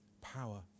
power